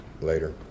later